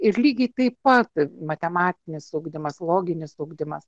ir lygiai taip pat matematinis ugdymas loginis ugdymas